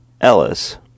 Ellis